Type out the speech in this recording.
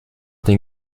den